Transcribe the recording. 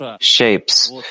shapes